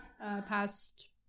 past